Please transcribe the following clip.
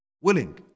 Willing